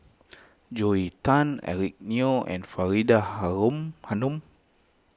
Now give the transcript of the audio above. Joel Tan Eric Neo and Faridah Hanum